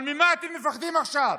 אבל ממה אתם מפחדים עכשיו?